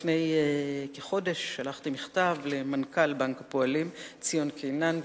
לפני כחודש שלחתי מכתב למנכ"ל בנק הפועלים ציון קינן,